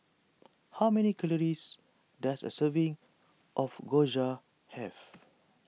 how many calories does a serving of Gyoza have